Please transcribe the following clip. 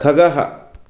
खगः